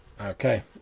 Okay